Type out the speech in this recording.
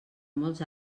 molts